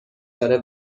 داره